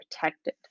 protected